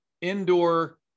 indoor